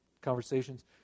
conversations